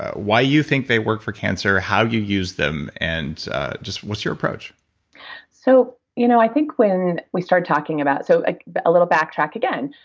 ah why you think they work for cancer, how you use them, and just what's your approach so you know i think when we start talking about, so a little backtrack again.